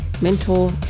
mentor